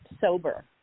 sober